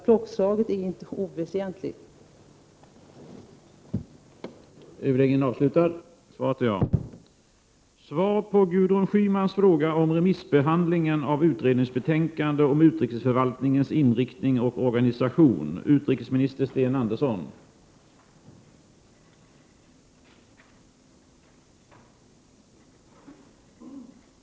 Klockslaget är således inte oväsentligt i sammanhanget.